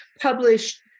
published